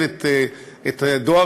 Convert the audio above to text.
אדוני.